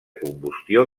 combustió